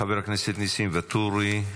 חבר הכנסת ניסים ואטורי,